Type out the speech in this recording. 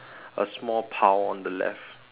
a small pile on the left